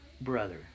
Brother